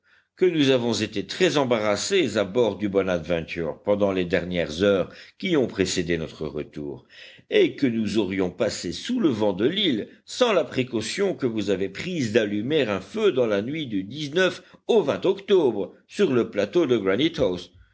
que nous avons été très embarrassés à bord du bonadventure pendant les dernières heures qui ont précédé notre retour et que nous aurions passé sous le vent de l'île sans la précaution que vous avez prise d'allumer un feu dans la nuit du au octobre sur le plateau de